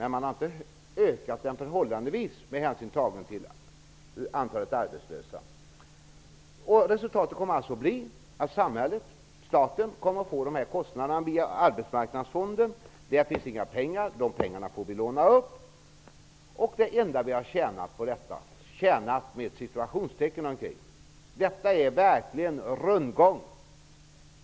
Ni har inte ökat insatsernas omfattning i den takt som arbetslösheten ökat. Resultatet kommer alltså att bli att samhället -- staten -- kommer att få stå för dessa kostnader via Arbetsmarknadsfonden. Där finns inga pengar, så vi får låna de pengar som behövs.